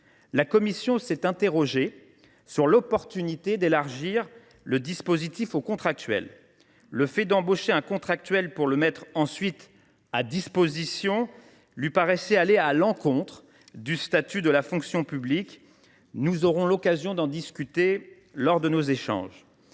La commission s’est interrogée sur l’opportunité d’élargir le dispositif aux contractuels : le fait d’embaucher un contractuel pour le mettre ensuite à disposition lui paraissait aller à l’encontre du statut de la fonction publique. Nous aurons l’occasion d’en discuter lors de nos échanges.